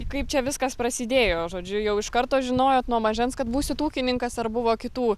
kaip čia viskas prasidėjo žodžiu jau iš karto žinojot nuo mažens kad būsit ūkininkas ar buvo kitų